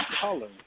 color